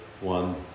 one